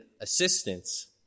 assistance